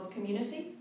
community